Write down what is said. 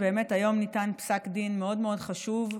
היום ניתן פסק דין מאוד מאוד חשוב,